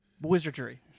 wizardry